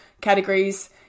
categories